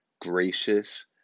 gracious